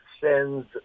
sends